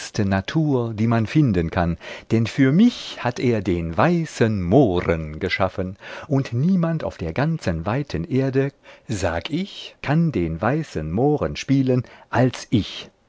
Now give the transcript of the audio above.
natur die man finden kann denn für mich hat er den weißen mohren geschaffen und niemand auf der ganzen weiten erde sag ich kann den weißen mohren spielen als ich